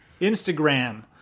instagram